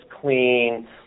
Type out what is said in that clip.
clean